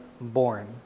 born